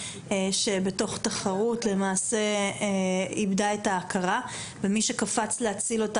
שבתוך תחרות איבדה את ההכרה ומי שקפץ להציל אותה